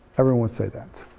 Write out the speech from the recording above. everyone would say that,